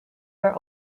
were